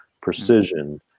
precision